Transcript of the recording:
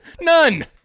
None